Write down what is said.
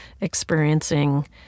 experiencing